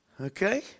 Okay